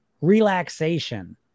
relaxation